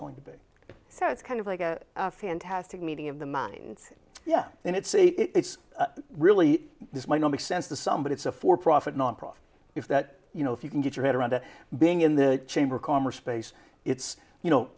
going to be so it's kind of like a fantastic meeting of the minds yeah and it's a it's really this might not make sense to some but it's a for profit nonprofit if that you know if you can get your head around to being in the chamber of commerce space it's you know